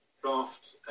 draft